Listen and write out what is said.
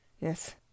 Yes